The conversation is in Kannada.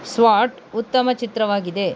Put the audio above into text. ಸ್ವಾಟ್ ಉತ್ತಮ ಚಿತ್ರವಾಗಿದೆ